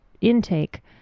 intake